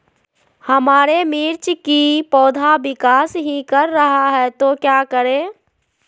हमारे मिर्च कि पौधा विकास ही कर रहा है तो क्या करे?